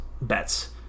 bets